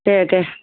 दे दे